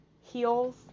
heels